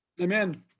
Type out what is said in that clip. Amen